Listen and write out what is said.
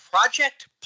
Project